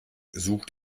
sucht